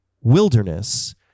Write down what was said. wilderness